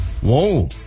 whoa